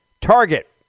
Target